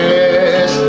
Yes